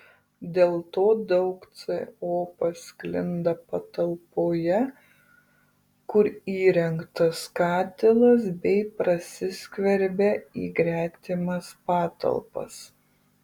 dėl to daug co pasklinda patalpoje kur įrengtas katilas bei prasiskverbia į gretimas patalpas